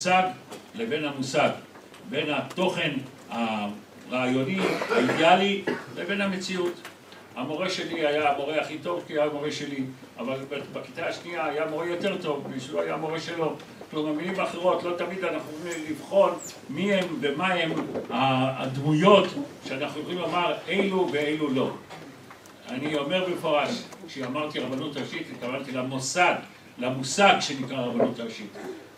‫המושג לבין המושג, ‫בין התוכן הרעיוני, האידיאלי, ‫לבין המציאות. ‫המורה שלי היה המורה הכי טוב ‫כי הוא היה המורה שלי, ‫אבל בכיתה השנייה היה מורה יותר טוב ‫משלו היה מורה שלו. ‫כלומר, במילים אחרות לא תמיד ‫אנחנו נבחון מיהם ומהם הדמויות ‫שאנחנו יכולים לומר אילו ואילו לא. ‫אני אומר במפורש, ‫כשאמרתי רבנות ראשית, ‫התכוונתי למושג, למושג ‫שנקרא הרבנות הראשית